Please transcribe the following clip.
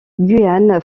guyane